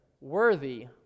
worthy